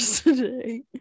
today